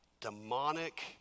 demonic